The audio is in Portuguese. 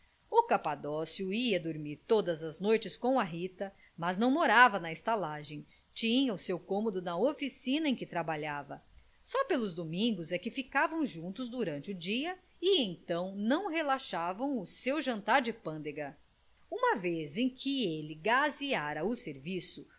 capadócio ia dormir todas as noites com a rita mas não morava na estalagem tinha o seu cômodo na oficina em que trabalhava só pelos domingos é que ficavam juntos durante o dia e então não relaxavam o seu jantar de pândega uma vez em que ele gazeara o serviço